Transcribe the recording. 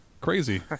crazy